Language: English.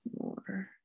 more